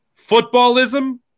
Footballism